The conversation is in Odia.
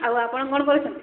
ଆଉ ଆପଣ କ'ଣ କରୁଛନ୍ତି